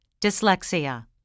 Dyslexia